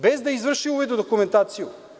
Bez da je izvršio uvid u dokumentaciju.